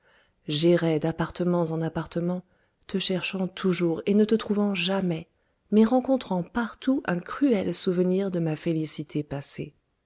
j'errois d'appartements en appartements te cherchant toujours et ne te trouvant jamais mais rencontrant partout un cruel souvenir de ma félicité passée